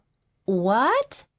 what?